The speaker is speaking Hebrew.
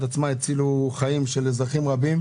הצילו חיים של אזרחים רבים,